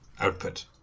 output